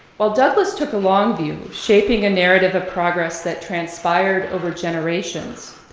while douglas took a long view, shaping a narrative of progress that transpired over generations,